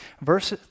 Verse